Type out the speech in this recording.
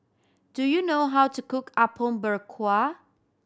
do you know how to cook Apom Berkuah